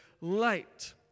light